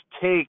take